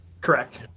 correct